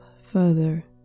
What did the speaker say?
further